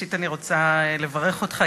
ראשית אני רוצה לברך אותך,